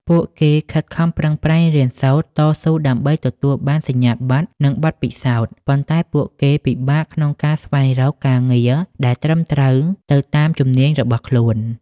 ពួកគេខិតខំប្រឹងប្រែងរៀនសូត្រ តស៊ូដើម្បីទទួលបានសញ្ញាបត្រ និងបទពិសោធន៍ ប៉ុន្តែពួកគេពិបាកក្នុងការស្វែងរកការងារដែលត្រឹមត្រូវទៅតាមជំនាញរបស់ខ្លួន។។